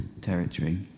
territory